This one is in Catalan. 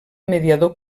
mediador